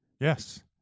Yes